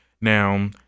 Now